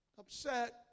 upset